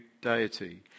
deity